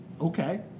Okay